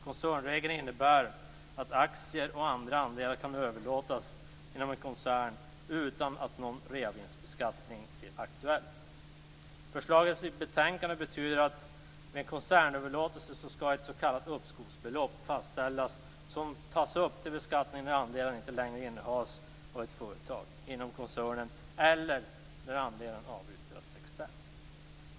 Koncernregeln innebär att aktier och andra andelar kan överlåtas inom en koncern utan att någon reavinstbeskattning blir aktuell. Förslaget i betänkandet betyder att vid en koncernöverlåtelse skall ett s.k. uppskovsbelopp fastställas som tas upp till beskattning när andelen inte längre innehas av ett företag inom koncernen eller när andelen avyttras externt.